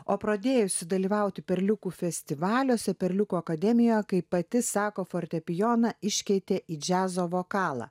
o pradėjusi dalyvauti perliukų festivaliuose perliukų akademija kaip pati sako fortepijoną iškeitė į džiazo vokalą